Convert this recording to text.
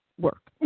work